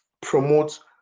promote